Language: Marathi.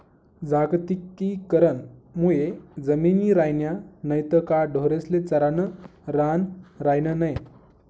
जागतिकीकरण मुये जमिनी रायन्या नैत का ढोरेस्ले चरानं रान रायनं नै